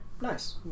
nice